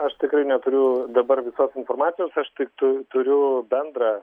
aš tikrai neturiu dabar visos informacijos aš tik tu turiu bendrą